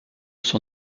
son